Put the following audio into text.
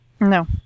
No